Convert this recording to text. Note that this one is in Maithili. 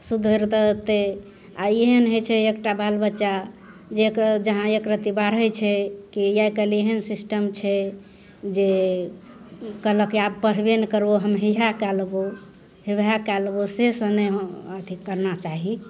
सुधरतय तऽ आओर एहन होइ छै एकटा बाल बच्चा जे जकर जहाँ एक रत्ती बढ़य छै की आइ काल्हि एहन सिस्टम छै जे कहलक आब पढ़बे नहि करबौ हम इएह कए लेबौ हे वएह कए लेबो से सब नहि अथी करना चाही